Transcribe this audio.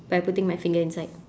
by putting my finger inside